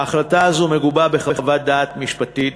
ההחלטה הזאת מגובה בחוות דעת משפטית,